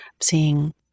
seeing